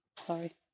Sorry